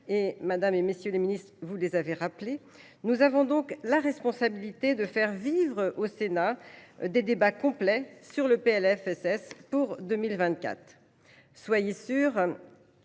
madame, messieurs les ministres, vous venez de les rappeler –, nous avons la responsabilité de faire vivre au Sénat des débats complets sur le PLFSS pour 2024. Soyez sûrs